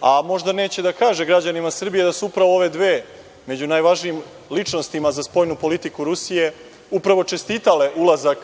a možda neće da kaže građanima Srbije da su upravo ove dve među najvažnijim ličnostima za spoljnu politiku Rusije upravo čestitale ulazak